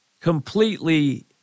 completely